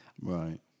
right